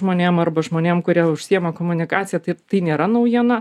žmonėm arba žmonėm kurie užsiima komunikacija tai tai nėra naujiena